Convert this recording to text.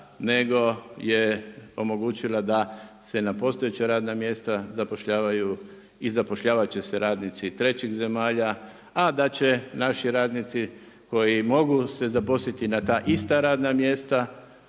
nego je omogućila da se na postojeća radna mjesta zapošljavaju i zapošljavat će se radnici trećih zemalja, a da će naši radnici koji mogu se zaposliti na ta ista radna mjesta